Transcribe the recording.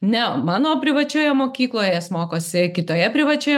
ne mano privačioje mokykloje jis mokosi kitoje privačioje